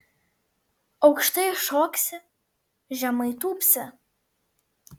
aukštai šoksi žemai tūpsi